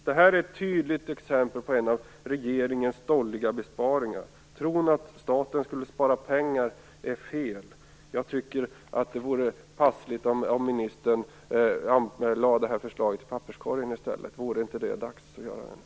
Det här är ett tydligt exempel på en av regeringens stolliga besparingar. Det är fel att tro att staten skulle spara pengar. Jag tycker att det vore passande om ministern lade det här förslaget i papperskorgen. Är det inte dags att göra det?